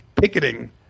picketing